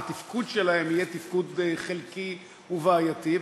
התפקוד שלהם יהיה תפקוד חלקי ובעייתי.